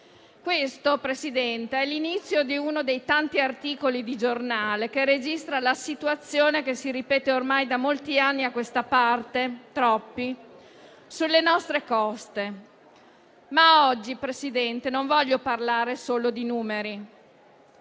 questo è l'inizio di uno dei tanti articoli di giornale, che registrano la situazione, che si ripete ormai da molti anni a questa parte - troppi - sulle nostre coste. Oggi, signor Presidente, non voglio però parlare solo di numeri,